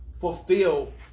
fulfill